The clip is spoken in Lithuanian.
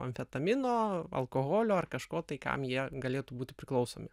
amfetamino alkoholio ar kažko tai kam jie galėtų būti priklausomi